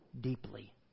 deeply